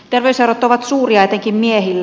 terveyserot ovat suuria etenkin miehillä